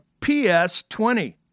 PS20